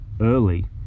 early